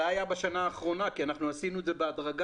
זה היה בשנה האחרונה כי עשינו את זה בהדרגה.